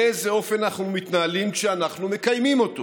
באיזה אופן אנחנו מתנהלים כשאנחנו מקיימים אותו.